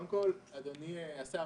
אדוני השר,